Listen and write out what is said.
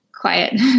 quiet